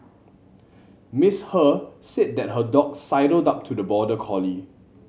Miss He said that her dog sidled up to the border collie